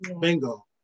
Bingo